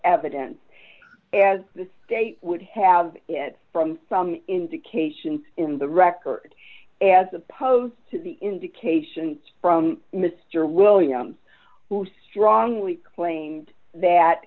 evidence as the state would have had from some indication in the record as opposed to the indications from mr williams who strongly claimed that